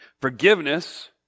Forgiveness